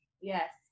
Yes